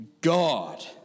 God